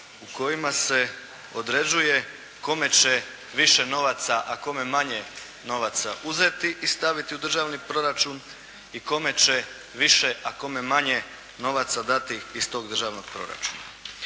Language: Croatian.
u kojima se određuje kome će više novaca, a kome manje novaca uzeti i staviti u državni proračun i kome će više, a kome manje novaca dati iz tog državnog proračuna.